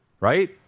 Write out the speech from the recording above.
right